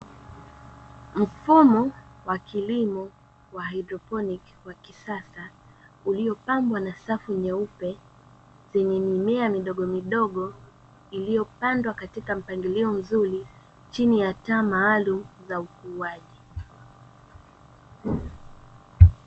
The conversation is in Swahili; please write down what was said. Mfumo wa kilimo wa haidroponi wa kisasa uliopambwa na safu nyeupe zenye mimea midogomidogo, iliyopandwa katika mpangilio mzuri chini ya taa maalum za ukuaji.